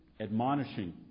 admonishing